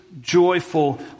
joyful